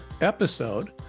episode